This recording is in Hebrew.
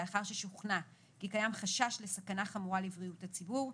לאחר ששוכנע כי קיים חשש לסכנה חמורה לבריאות הציבור,